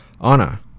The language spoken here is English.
Anna